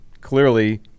clearly